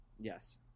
Yes